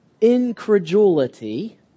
incredulity